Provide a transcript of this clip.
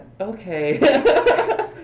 Okay